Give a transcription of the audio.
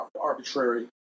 arbitrary